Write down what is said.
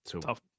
Tough